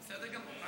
בסדר גמור.